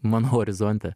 mano horizonte